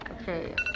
okay